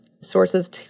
sources